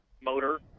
motor